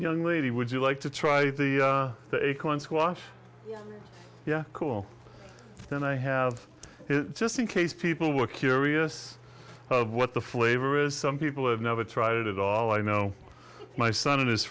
young lady would you like to try the acorn squash yeah cool then i have it just in case people were curious what the flavor is some people have never tried it at all i know my son and his